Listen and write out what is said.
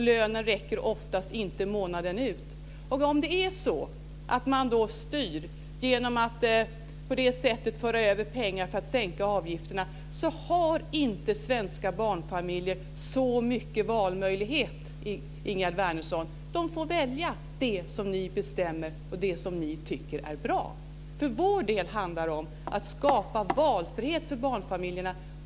Lönen räcker oftast inte månaden ut. Om det är så att man då styr genom att på det här sättet föra över pengar för att sänka avgifterna har inte svenska barnfamiljer särskilt stora valmöjligheter, Ingegerd Wärnersson, utan de får välja det som ni bestämmer och det som ni tycker är bra. För vår del handlar det om att skapa valfrihet för barnfamiljerna.